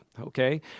okay